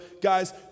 Guys